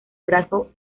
brazo